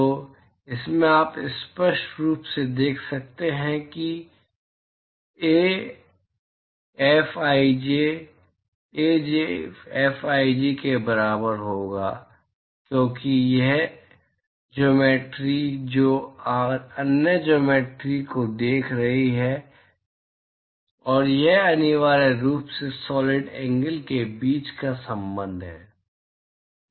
तो इससे आप स्पष्ट रूप से देख सकते हैं कि ऐ फिज अज फजी के बराबर होगा क्योंकि यह ज्योमेट्रि जो अन्य ज्योमेट्रि को देख रही है और यह अनिवार्य रूप से सॉलिड एंगल के बीच का संबंध है